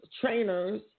trainers